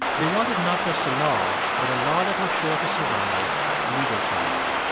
they wanted not just a law but a law that was sure to survive legal challenge.